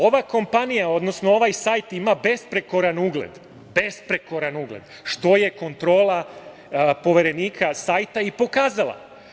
Ova kompanija, odnosno ovaj sajt ima besprekoran ugled, što je kontrola Poverenika sajta i pokazala.